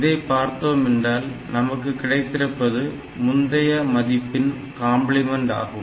இதை பார்த்தோம் என்றால் நமக்கு கிடைத்திருப்பது முந்தைய மதிப்பின் காம்ப்ளிமென்ட் ஆகும்